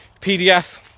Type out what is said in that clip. PDF